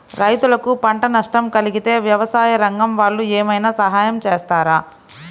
రైతులకు పంట నష్టం కలిగితే వ్యవసాయ రంగం వాళ్ళు ఏమైనా సహాయం చేస్తారా?